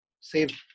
save